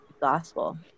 gospel